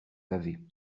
pavés